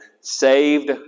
Saved